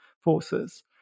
forces